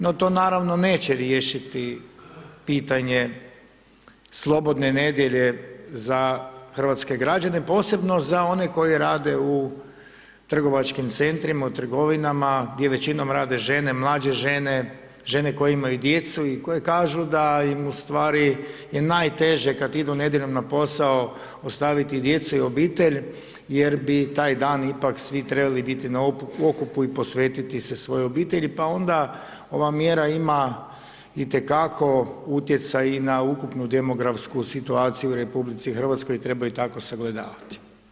No to naravno neće riješiti pitanje slobodne nedjelje za hrvatske građane, posebno za one koji rade u trgovačkim centrima, u trgovinama, gdje većinom rade žene, mlađe žene, žene koje imaju djecu i koje kažu da im ustvari je najteže kad idu nedjeljom na posao, ostaviti djecu i obitelj jer bi taj dan ipak svi trebali biti na okupu i posvetiti se svojoj obitelji, pa onda ova mjera ima itekako utjecaj i na ukupnu demografsku situaciju u RH, treba ju tako sagledavati.